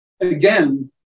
again